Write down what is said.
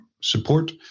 support